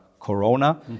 corona